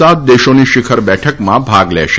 સાત દેશોની શિખર બેઠકમાં ભાગ લેશે